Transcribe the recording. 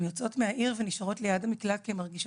הן יוצאות מהעיר המוכרת שלהן ונשארות ליד המקלט כי הן מרגישות